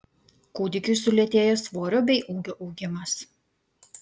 kūdikiui sulėtėja svorio bei ūgio augimas